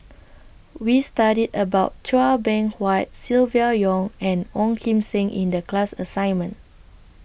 We studied about Chua Beng Huat Silvia Yong and Ong Kim Seng in The class assignment